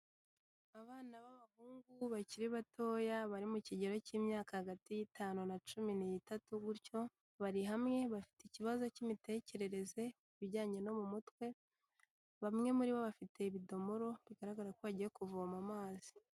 Abana b'abahungu bakiri batoya, bari mu kigero cy'imyaka hagati y'itanu na cumi n'itatu gutyo, bari hamwe bafite ikibazo cy'imitekerereze ku bijyanye no mu mutwe, bamwe muri bo bafite ibidomoro bigaragara ko bagiye kuvoma amazi.